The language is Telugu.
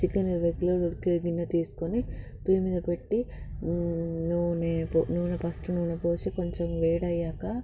చికెన్ ఇరవై కిలోలు ఉడికే గిన్నె తీసుకొని పోయి మీద పెట్టి నూనె పో నూనె ఫస్ట్ నూనె పోసి కొంచెం వేడి అయ్యాక